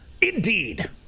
Indeed